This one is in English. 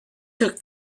took